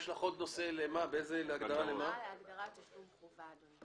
יש לי הערה לגבי ההגדרה "תשלום חובה".